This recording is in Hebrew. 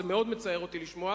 זה מאוד מצער אותי לשמוע,